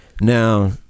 Now